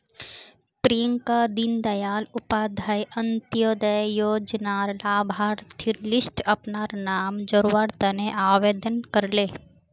प्रियंका दीन दयाल उपाध्याय अंत्योदय योजनार लाभार्थिर लिस्टट अपनार नाम जोरावर तने आवेदन करले